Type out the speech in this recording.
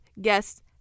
guests